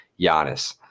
Giannis